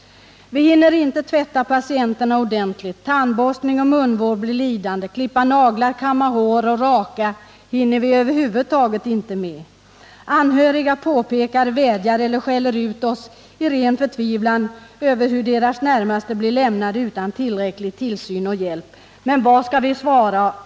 —-—-- Vi hinner inte tvätta patienterna ordentligt! Tandborstning och munvård blir lidande. Klippa naglar, kamma hår, raka hinner vi över huvud taget inte med. Anhöriga påpekar, vädjar eller skäller ut oss i ren förtvivlan över hur deras närmaste blir lämnade utan tillräcklig tillsyn och hjälp. Vad skall vi svara?